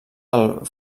del